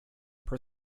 per